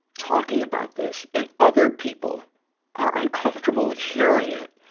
talking about this and other people are uncomfortable hearing it,